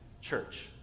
church